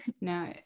No